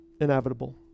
Inevitable